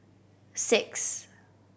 six